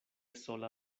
sola